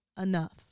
enough